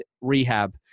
rehab